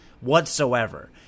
whatsoever